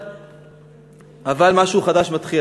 אבל משהו חדש מתחיל.